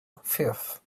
thief